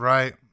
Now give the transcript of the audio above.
Right